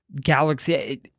galaxy